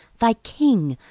thy king,